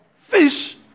fish